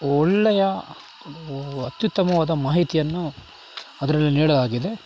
ಒಳ್ಳೆಯ ಅತ್ಯುತ್ತಮವಾದ ಮಾಹಿತಿಯನ್ನು ಅದರಲ್ಲಿ ನೀಡಲಾಗಿದೆ